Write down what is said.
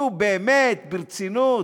נו, באמת, ברצינות.